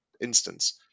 instance